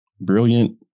brilliant